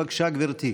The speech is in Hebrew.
בבקשה, גברתי.